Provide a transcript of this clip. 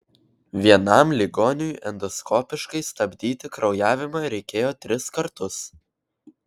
vienam ligoniui endoskopiškai stabdyti kraujavimą reikėjo tris kartus